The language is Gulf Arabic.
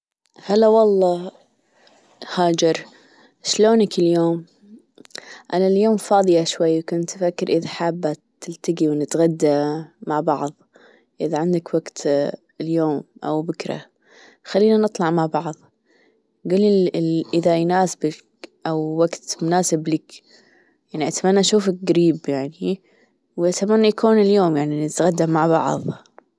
هلا والله هاجر شلونك اليوم؟ أنا اليوم فاضية شوي كنت أفكر إذا حابة تلتقي ونتغدى مع بعض إذا عندك وقت اليوم أو بكره خلينا نطلع مع بعض جول لي إذا يناسبك أو وقت يناسب لك يعني أتمنى أشوفك جريب يعني وأتمنى يكون اليوم يعني نتغدا مع بعض